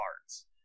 cards